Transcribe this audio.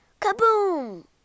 Kaboom